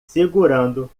segurando